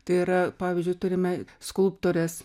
tai yra pavyzdžiui turime skulptorės